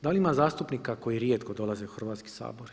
Da li ima zastupnika koji rijetko dolaze u Hrvatski sabor?